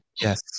Yes